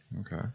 Okay